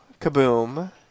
kaboom